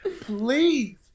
please